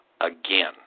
again